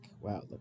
wow